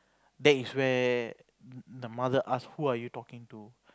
that is where the mother ask who are you talking to